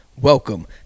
Welcome